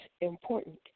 important